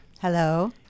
Hello